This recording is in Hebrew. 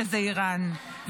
שזה איראן,